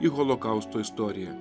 į holokausto istoriją